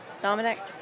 Dominic